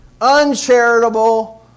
uncharitable